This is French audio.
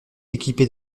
équipé